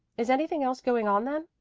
is anything else going on then?